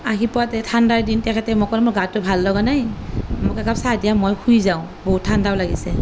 আহি পাওঁতে ঠাণ্ডাৰ দিন তেখেতে মোক ক'লে মোৰ গাটো ভাল লগা নাই মোক একাপ চাহ দিয়া মই শুই যাওঁ বহুত ঠাণ্ডাও লাগিছে